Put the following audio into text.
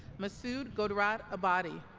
masoud ghodrat abadi